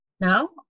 No